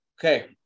Okay